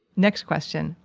next question.